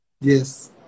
Yes